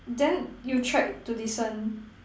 then you tried to listen